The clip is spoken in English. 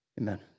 amen